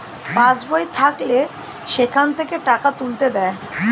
pass বই থাকলে সেখান থেকে টাকা তুলতে দেয়